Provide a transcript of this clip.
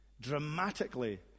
dramatically